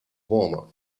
warmer